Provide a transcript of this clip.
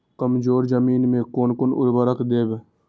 कमजोर जमीन में कोन कोन उर्वरक देब?